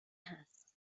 هست